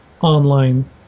online